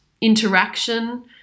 interaction